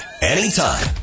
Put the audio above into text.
anytime